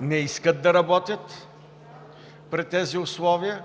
не искат да работят при тези условия.